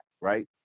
right